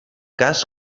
cas